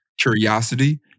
curiosity